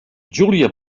júlia